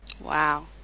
Wow